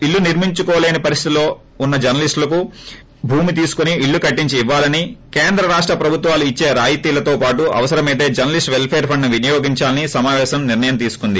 ఇళ్లు నిర్మించుకునే పరిస్టితులో లేని జర్స లీస్టులకు భూమి తీసుకుని ఇళ్లు కట్టించి ఇవ్వాలని కేంద్ర రాష్ట ప్రభుత్వాలు ఇచ్చే రాయితీలతో పాటు అవసరమైతే జర్న లీస్ట్ పెల్చేర్ ఫండ్ను వినియోగించుకోవాలని సమావేశం నిర్ణయం తీసుకుంది